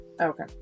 Okay